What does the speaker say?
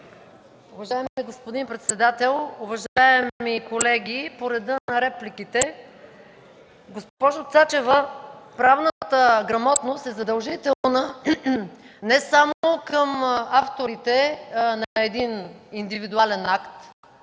Уважаеми господин председател, уважаеми колеги! По реда на репликите. Госпожо Цачева, правната грамотност е задължителна не само към авторите на един индивидуален акт,